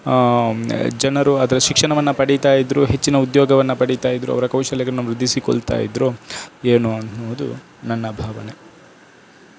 ಜನರು ಅದರ ಶಿಕ್ಷಣವನ್ನು ಪಡೀತಾ ಇದ್ದರು ಹೆಚ್ಚಿನ ಉದ್ಯೋಗವನ್ನು ಪಡೀತಾ ಇದ್ದರು ಅವರ ಕೌಶಲ್ಯಗಳನ್ನು ವೃದ್ಧಿಸಿಕೊಳ್ತಾ ಇದ್ದರು ಏನು ಅನ್ನೋದು ನನ್ನ ಭಾವನೆ